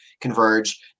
converge